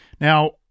Now